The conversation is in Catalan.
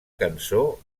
cançó